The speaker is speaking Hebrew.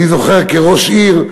אני זוכר, כראש עיר,